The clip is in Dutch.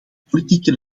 politieke